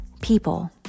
people